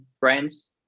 brands